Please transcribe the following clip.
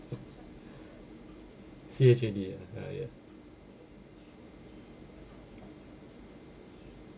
C H already ah ah ya